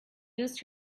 used